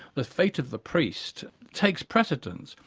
the fate of the priest takes precedence,